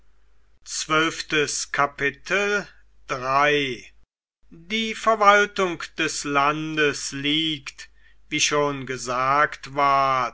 die verwaltung des landes liegt wie schon gesagt ward